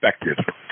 perspective